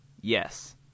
Yes